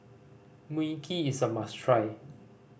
Mui Kee is a must try